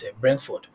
Brentford